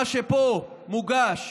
מה שפה מוגש,